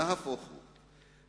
נהפוך הוא,